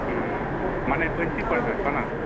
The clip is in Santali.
ᱢᱟᱱᱮ ᱯᱟᱹᱧᱪᱤ ᱯᱟᱨᱦᱟᱲ ᱵᱟᱱᱟᱨ